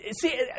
See